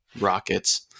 rockets